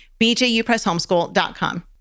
bjupresshomeschool.com